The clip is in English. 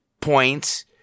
points